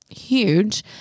huge